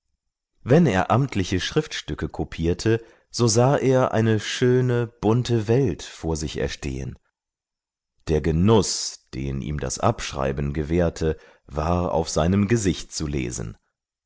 wenn er amtliche schriftstücke kopierte so sah er eine schöne bunte welt vor sich erstehen der genuß den ihm das abschreiben gewährte war auf seinem gesicht zu lesen